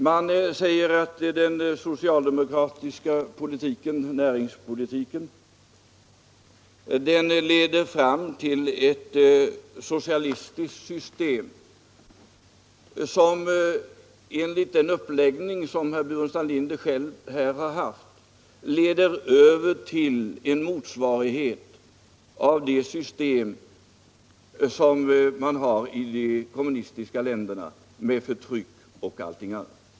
Man säger att den socialdemokratiska näringspolitiken för fram till ett socialistiskt system som — enligt den uppläggning som herr Burenstam Linder själv har haft — leder över till en motsvarighet till det system som man har i de kommunistiska länderna med förtryck och allting annat.